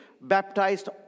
baptized